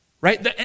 right